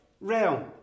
realm